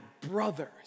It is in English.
brothers